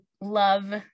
love